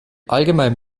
allgemein